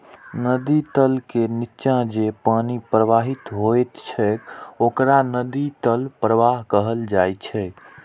नदी तल के निच्चा जे पानि प्रवाहित होइत छैक ओकरा नदी तल प्रवाह कहल जाइ छै